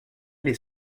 les